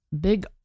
big